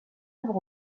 vivre